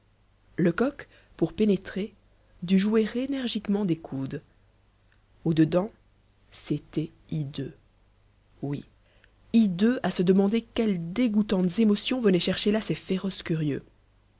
lecoq pour pénétrer dut jouer énergiquement des coudes au dedans c'était hideux oui hideux à se demander quelles dégoûtantes émotions venaient chercher là ces féroces curieux